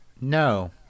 No